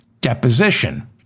deposition